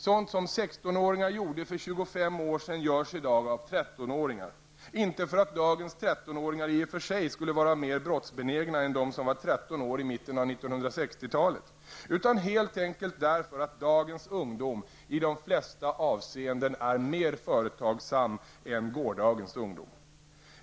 Sådant som 16-åringar gjorde för 25 år sedan görs i dag av 13-åringar -- inte för att dagens 13-åringar i och för sig skulle vara mer brottsbenägna än de som var 13 år i mitten av 1960 talet, utan helt enkelt därför att dagens ungdom i de flesta avseenden är mer företagsam än gårdagens ungdom.